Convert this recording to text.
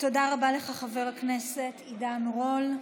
תודה רבה לך, חבר הכנסת עידן רול.